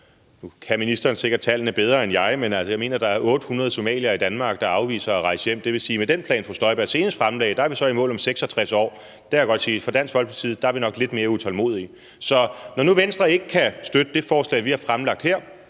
nu kan ministeren sikkert tallene bedre end jeg – men jeg mener, at der er 800 somaliere i Danmark, der afviser at rejse hjem. Det vil sige, at med den plan, fru Støjberg senest fremlagde, er vi så i mål om 66 år. Der kan jeg godt sige, at vi fra Dansk Folkepartis side nok er lidt mere utålmodige. Så når nu Venstre ikke kan støtte det forslag, vi har fremlagt her